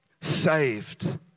saved